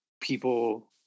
people